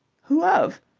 who of?